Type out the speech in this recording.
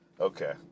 Okay